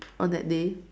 on that day